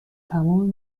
تمام